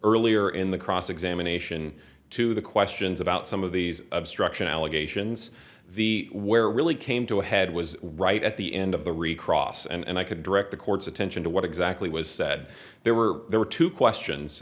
earlier in the cross examination to the questions about some of these obstruction allegations the where really came to a head was right at the end of the recross and i could direct the court's attention to what exactly was said there were there were two questions